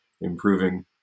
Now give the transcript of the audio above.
improving